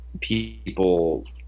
people